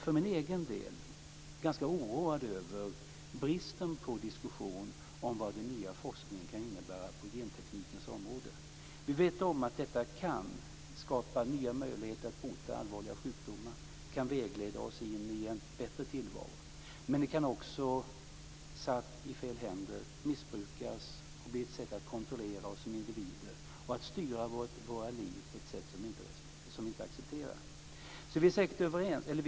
För min egen del är jag ganska oroad över bristen på diskussion om vad den nya forskningen kan innebära på genteknikens område. Vi vet om att detta kan skapa nya möjligheter att bota allvarliga sjukdomar och vägleda oss in i en bättre tillvaro. Men det kan också, satt i fel händer, missbrukas och bli ett sätt att kontrollera oss som individer och styra våra liv på ett sätt som vi inte accepterar.